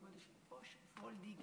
כבוד היושב-ראש, כנסת נכבדה,